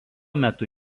metu